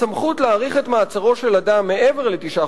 הסמכות להאריך את מעצרו של אדם מעבר לתשעה